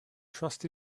trust